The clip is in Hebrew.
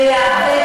הם לא,